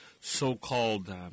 so-called